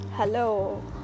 Hello